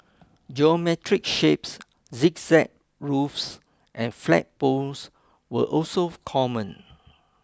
geometric shapes zigzag roofs and flagpoles were also common